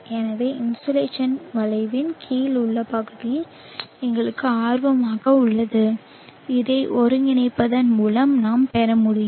எனவே இன்சோலேஷன் வளைவின் கீழ் உள்ள பகுதி எங்களுக்கு ஆர்வமாக உள்ளது இதை ஒருங்கிணைப்பதன் மூலம் நாம் பெற முடியும்